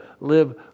live